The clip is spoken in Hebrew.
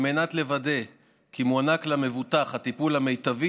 על מנת לוודא כי מוענק למבוטח הטיפול המיטבי